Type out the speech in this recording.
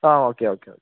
ആ ഒക്കെ okay okay